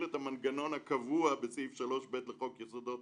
את המנגנון הקבוע בסעיף 3ב לחוק יסודות